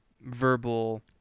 verbal